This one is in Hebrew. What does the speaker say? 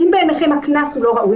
אם בעיניכם הקנס לא ראוי,